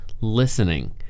listening